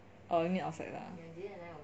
oh you mean outside lah